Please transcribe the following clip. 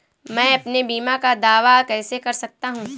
मैं अपने बीमा का दावा कैसे कर सकता हूँ?